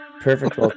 Perfect